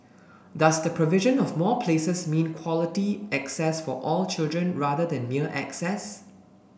does the provision of more places mean quality access for all children rather than mere access